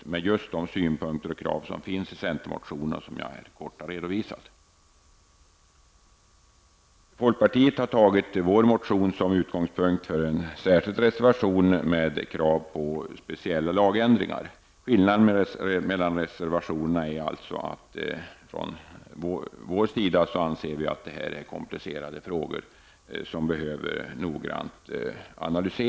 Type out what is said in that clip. Där framförs just de synpunkter och krav som återfinns i centermotionen och som jag här kort har redovisat. Vår motion har kommit att utgöra utgångspunkten för en särskild reservation från folkpartiet innehållande krav på speciella lagändringar. Skillnaden mellan våra reservationer är alltså den att vi anser att det här rör sig om komplicerade frågor som behöver en noggrann analys.